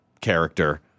character